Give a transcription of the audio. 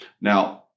Now